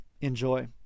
Enjoy